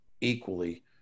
equally